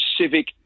civic